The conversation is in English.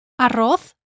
Arroz